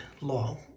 Law